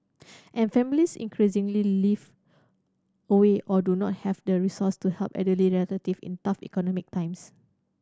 and families increasingly live away or do not have the resource to help elderly relative in tough economic times